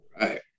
Right